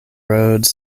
roads